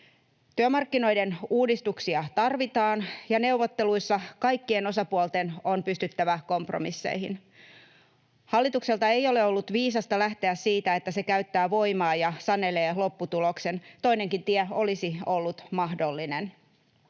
Työmarkkinoiden uudistuksia tarvitaan, ja neuvotteluissa kaikkien osapuolten on pystyttävä kompromisseihin. Hallitukselta ei ole ollut viisasta lähteä siitä, että se käyttää voimaa ja sanelee lopputuloksen, toinenkin tie olisi ollut mahdollinen.